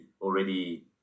already